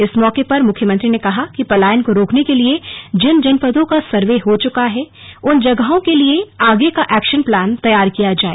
इस मौके पर मुख्यमंत्री ने कहा कि पलायन को रोकने के लिए जिन जनपदों का सर्वे हो चुका है उनके लिए आगे के लिए एक्शन प्लान तैयार किया जाए